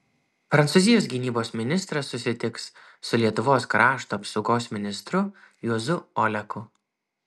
prancūzijos gynybos ministras susitiks su lietuvos krašto apsaugos ministru juozu oleku